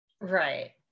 Right